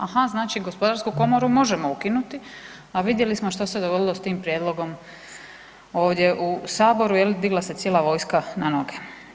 Aha, znači gospodarsku komoru možemo ukinuti, a vidjeli smo što se dogodilo s tim prijedlogom ovdje u saboru jel digla se cijela vojska na noge.